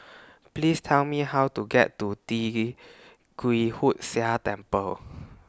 Please Tell Me How to get to Tee Kwee Hood Sia Temple